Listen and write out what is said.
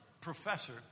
professor